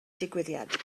digwyddiad